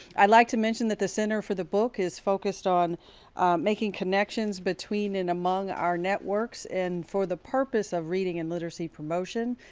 i'd like to mention that the center for the book is focused on making connections between and among our networks, and for the purpose of reading and literacy promotion,